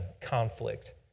conflict